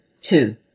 Two